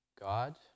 God